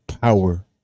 power